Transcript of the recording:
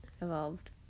Evolved